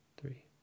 three